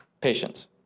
Patience